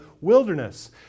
wilderness